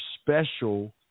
special